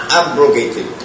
abrogated